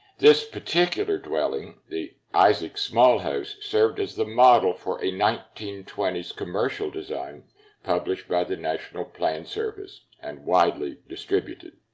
this particular dwelling, the isaac small house, served as the model for a nineteen twenty s commercial design published by the national plan service and widely distributed.